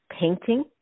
Painting